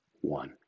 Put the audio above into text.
one